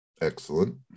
Excellent